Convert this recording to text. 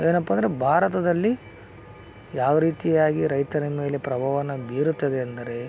ಏನಪ್ಪ ಅಂದರೆ ಭಾರತದಲ್ಲಿ ಯಾವ ರೀತಿಯಾಗಿ ರೈತರ ಮೇಲೆ ಪ್ರಭಾವವನ್ನು ಬೀರುತ್ತದೆ ಅಂದರೆ